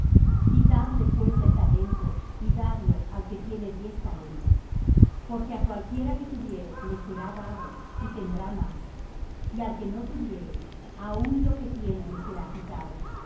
quitadle pues el talento y dadlo al que tiene diez talentos porque á cualquiera que tuviere le será dado y tendrá más y al que no tuviere aun lo que tiene le será quitado